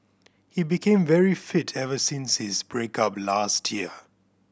he became very fit ever since his break up last year